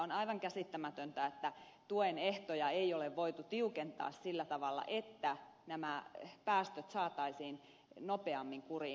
on aivan käsittämätöntä että tuen ehtoja ei ole voitu tiukentaa sillä tavalla että nämä päästöt saataisiin nopeammin kuriin